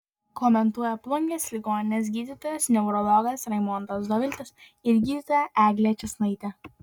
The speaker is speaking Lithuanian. komentuoja plungės ligoninės gydytojas neurologas raimondas doviltis ir gydytoja eglė čėsnaitė